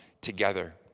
together